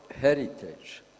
heritage